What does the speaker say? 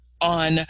on